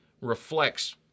reflects